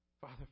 Father